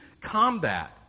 combat